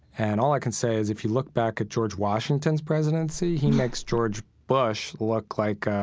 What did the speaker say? and all i can say is if you look back at george washington's presidency, he makes george bush look like,